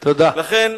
לכן,